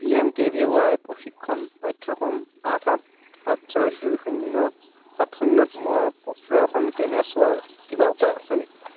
P M K V Y প্ৰশিক্ষণ পাঠ্যক্ৰম আঠ আঠ সাত ছয় দুই শূন্য সাত শূন্যত মোৰ প্ৰদৰ্শন কেনে চোৱাৰ কিবা উপায় আছে নেকি